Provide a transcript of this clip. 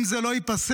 אם זה לא ייפסק,